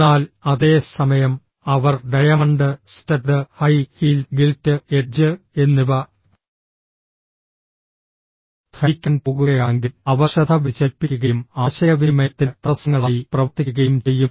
എന്നാൽ അതേ സമയം അവർ diamond studded high heel gilt edge എന്നിവ ധരിക്കാൻ പോകുകയാണെങ്കിൽ അവ ശ്രദ്ധ വ്യതിചലിപ്പിക്കുകയും ആശയവിനിമയത്തിന് തടസ്സങ്ങളായി പ്രവർത്തിക്കുകയും ചെയ്യും